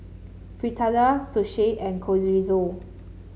Fritada Sushi and Chorizo